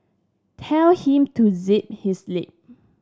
tell him to zip his lip